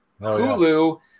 Hulu